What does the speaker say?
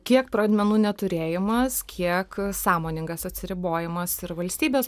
kiek pradmenų neturėjimas kiek sąmoningas atsiribojimas ir valstybės